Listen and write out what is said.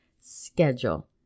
schedule